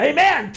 Amen